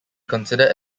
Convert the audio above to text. considered